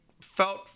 felt